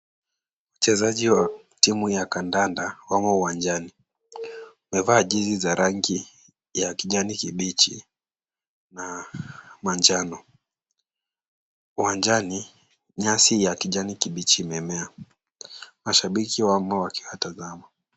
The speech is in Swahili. Wachezaji wa timu ya kandanda wamo uwanjani. Wamevaa jezi za rangi ya kijani kibichi na manjano. Uwanjani nyasi ya kijani kibichi imemea. Wachezaji wamo wakiwatazama.